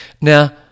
Now